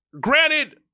Granted